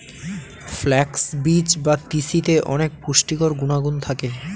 flax বীজ বা তিসিতে অনেক পুষ্টিকর গুণাগুণ থাকে